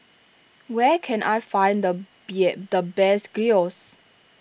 where can I find the bet the best Gyros